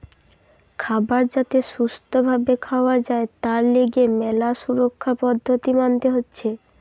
খাবার যাতে সুস্থ ভাবে খাওয়া যায় তার লিগে ম্যালা সুরক্ষার পদ্ধতি মানতে হতিছে